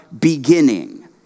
beginning